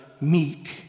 meek